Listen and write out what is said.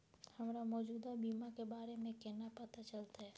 हमरा मौजूदा बीमा के बारे में केना पता चलते?